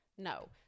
No